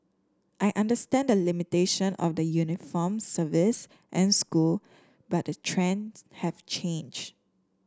I understand the limitation of the uniformed service and school but the trends have changed